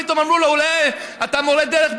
פתאום אמרו לו: אולי אתה מורה דרך,